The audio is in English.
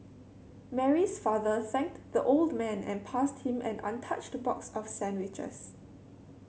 Mary's father thanked the old man and passed him an untouched box of sandwiches